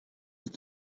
with